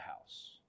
house